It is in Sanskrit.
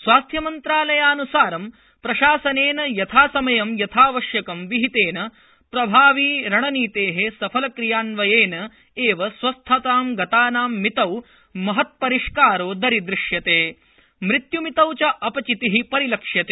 स्वास्थ्यमंत्रालयान्सारि प्रशासनेन यथासमयं यथावश्यकं विहितेन प्रभाविरणनीते सफलक्रियान्वयनेनैव स्वस्थतांगतानां मितौ महत्परिष्कारो दरीदृश्यते मृत्य्मितौ च अपचिति परिलक्ष्यते